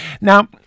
Now